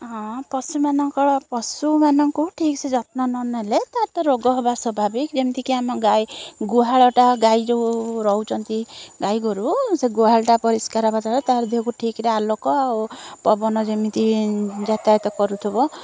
ହଁ ପଶୁମାନଙ୍କଳ ପଶୁମାନଙ୍କୁ ଠିକସେ ଯତ୍ନ ନନେଲେ ତାର ତ ରୋଗ ହେବା ସ୍ଵଭାବିକ ଯେମିତିକି ଆମ ଗାଈ ଗୁହାଳଟା ଗାଈ ଯେଉଁ ରହୁଛନ୍ତି ଗାଈଗୋରୁ ସେ ଗୁହାଳଟା ପରିଷ୍କାର ହବା ଦ୍ୱାରା ତାରଧିଅକୁ ଠିକରେ ଆଲୋକ ଆଉ ପବନ ଯେମିତି ଯାତାୟାତ କରୁଥିବ